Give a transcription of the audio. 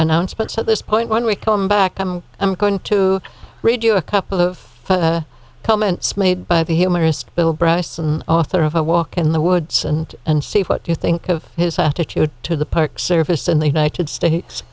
announcements at this point when we come back i'm going to read you a couple of comments made by the humorist bill bryson author of a walk in the woods and and see what you think of his attitude to the park service in the united states